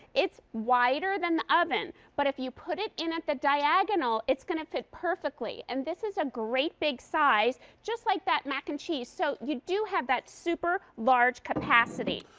it's wider than the oven but if you put it in at the diagonal, it's going to fit perfectly. and this is a great big size just like that mac and cheese. so you do have that super large capacity.